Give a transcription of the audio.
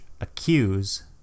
accuse